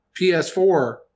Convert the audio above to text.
PS4